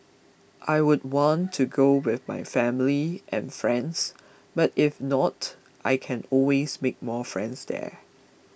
I would want to go with my family and friends but if not I can always make more friends there